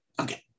okay